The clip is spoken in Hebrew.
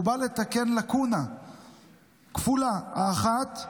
הוא בא לתקן לקונה כפולה: האחת,